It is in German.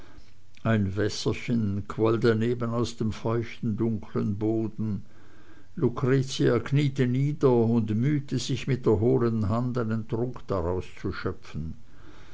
ein wässerchen quoll daneben aus dem feuchten dunkeln boden lucretia kniete nieder und bemühte sich mit der hohlen hand einen trunk daraus zu schöpfen